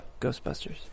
Ghostbusters